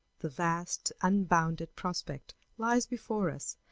the vast, unbounded prospect lies before us,